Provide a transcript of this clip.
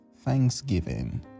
thanksgiving